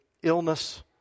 illness